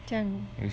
这样